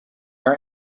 our